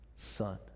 Son